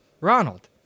Ronald